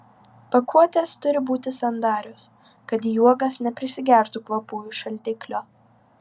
pakuotės turi būti sandarios kad į uogas neprisigertų kvapų iš šaldiklio